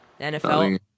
NFL